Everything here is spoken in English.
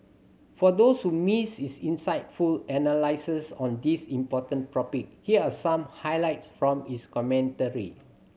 for those who missed his insightful analysis on this important topic here are some highlights from his commentary